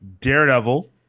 Daredevil